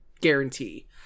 guarantee